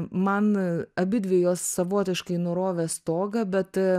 man abidvi jos savotiškai nurovė stogą bet